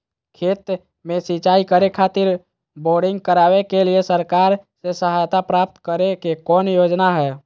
खेत में सिंचाई करे खातिर बोरिंग करावे के लिए सरकार से सहायता प्राप्त करें के कौन योजना हय?